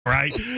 right